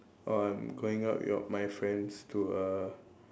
oh I'm going out your my friends to a